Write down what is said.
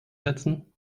setzen